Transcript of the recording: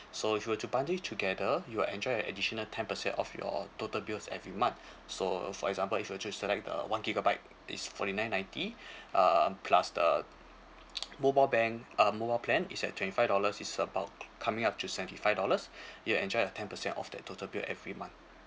so if you were to bundle it together you will enjoy a additional ten percent off your total bills every month so for example if you just select the one gigabyte is forty nine ninety um plus the mobile bank uh mobile plan is at twenty five dollars is about coming up to seventy five dollars you'll enjoy a ten percent off the total bill every month